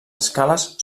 escales